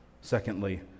Secondly